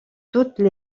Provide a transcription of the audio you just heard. toutes